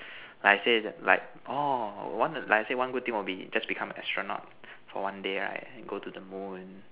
like I say like orh like I say one good thing will be just become an astronaut for one day right then go to the moon